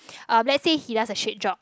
um let's say he does a shit job